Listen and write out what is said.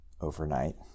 overnight